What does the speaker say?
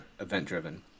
event-driven